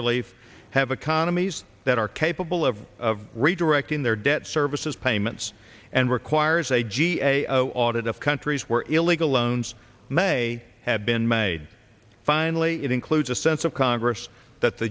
ease that are capable of redirecting their debt services payments and requires a g a o audit of countries where illegal loans may have been made finally it includes a sense of congress that the